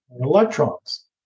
electrons